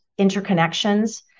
interconnections